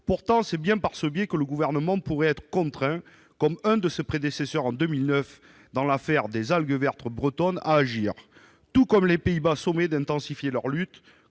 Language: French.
Pourtant, c'est bien par ce biais que le Gouvernement pourrait être contraint à agir, comme un de ses prédécesseurs en 2009 dans l'affaire des algues vertes bretonnes, ou comme les Pays-Bas, sommés d'intensifier leur lutte